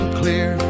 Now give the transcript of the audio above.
clear